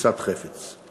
ותפיסת חפץ.